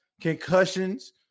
concussions